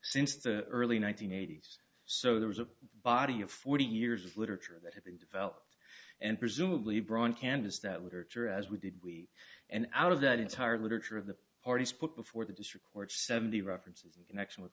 since the early one nine hundred eighty s so there was a body of forty years of literature that had been developed and presumably broad canvas that literature as we did we and out of that entire literature of the parties put before the district court seventy references connection with